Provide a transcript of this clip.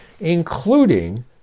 including